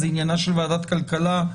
זו עניינה של ועדת הכלכלה,